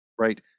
right